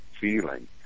feeling